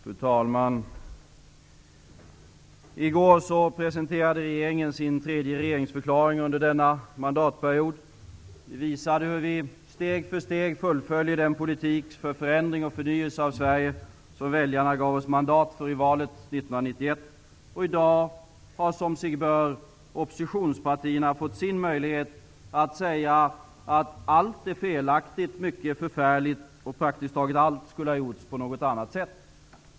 Fru talman! I går presenterade regeringen sin tredje regeringsförklaring under denna mandatperiod. Vi visade hur vi steg för steg fullföljer den politik för förändring och förnyelse av Sverige som väljarna gav oss mandat för i valet I dag har som sig bör oppositionspartierna fått sin möjlighet att säga att allt är felaktigt, mycket är förfärligt och praktiskt taget allt skulle ha gjorts på något annat sätt.